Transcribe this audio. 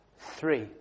three